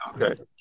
Okay